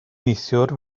neithiwr